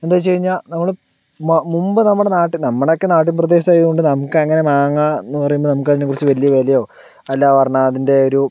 എന്താണെന്ന് വെച്ചു കഴിഞ്ഞാൽ നമ്മള് മുൻപ് നമ്മുടെ നാട്ടിൽ നമ്മുടെയൊക്കെ നാട്ടിൻ പ്രദേശമായതുകൊണ്ട് നമുക്ക് അങ്ങനെ മാങ്ങാ എന്ന് പറയുമ്പോൾ നമുക്കതിനെക്കുറിച്ച് വലിയ വിലയോ എന്താ പറഞ്ഞാൽ അതിൻ്റെ ഒരു